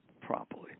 properly